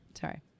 Sorry